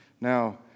Now